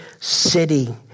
city